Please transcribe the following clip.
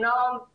הוא לא עלה.